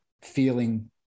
feeling